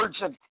Virgin